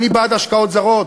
אני בעד השקעות זרות,